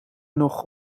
nog